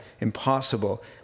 impossible